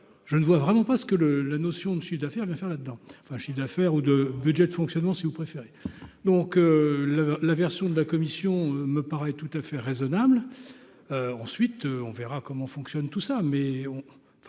je ne vois vraiment pas ce que le la notion de sud faire il vient faire là-dedans, enfin, chiffre d'affaires ou de budget de fonctionnement, si vous préférez donc le la version de la commission, me paraît tout à fait raisonnable, ensuite on verra comment fonctionne tout ça